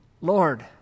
Lord